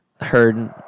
heard